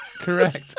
correct